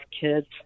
kids